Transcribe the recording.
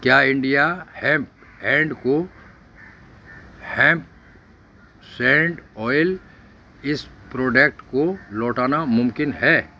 کیا India hemp and Co hemp seed oil اس product کو لوٹانا ممکن ہے